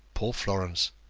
poor florence!